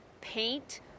paint